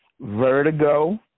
vertigo